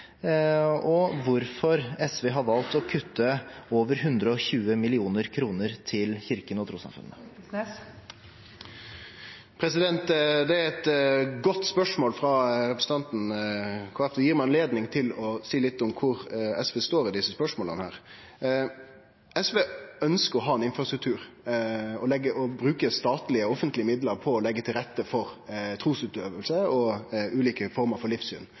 og hvorfor SV har valgt å kutte over 120 mill. kr til Kirken og trossamfunnene? Det er eit godt spørsmål frå representanten, og det gir meg anledning til å seie litt om kvar SV står i desse spørsmåla. SV ønskjer å ha ein infrastruktur og bruke statlege og offentlege midlar på å leggje til rette for trusutøving og ulike formar for livssyn.